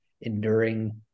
enduring